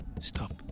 stop